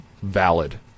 valid